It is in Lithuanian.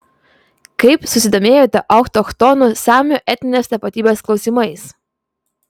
kaip susidomėjote autochtonų samių etninės tapatybės klausimais